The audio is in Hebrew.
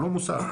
לא מוסב.